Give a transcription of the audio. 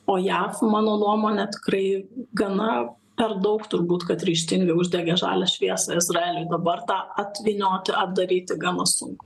o jav mano nuomone tikrai gana per daug turbūt kad ryžtingai uždegė žalią šviesą izraeliui dabar tą atvynioti atdaryti gana sunku